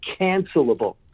cancelable